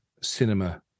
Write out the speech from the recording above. cinema